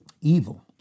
Evil